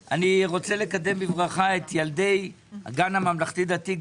קוטע אותך אני רוצה לקדם בברכה את ילדי הגן הממלכתי דתי,